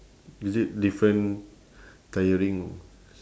is it different tiring